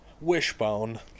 Wishbone